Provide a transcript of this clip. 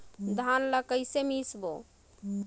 धान ला कइसे मिसबो?